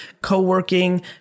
co-working